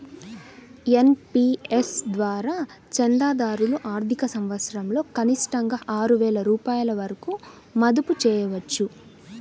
NPS ద్వారా చందాదారులు ఆర్థిక సంవత్సరంలో కనిష్టంగా ఆరు వేల రూపాయల వరకు మదుపు చేయవచ్చు